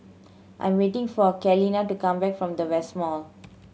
I'm waiting for Kaylene to come back from the West Mall